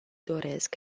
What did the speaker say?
doresc